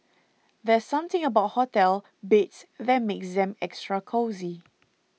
there's something about hotel beds that makes them extra cosy